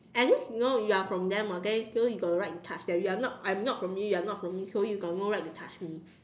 at least you know you are from them [what] then still you got the right to touch them you are not I'm not from you you are not from me so you got no right to touch me